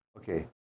Okay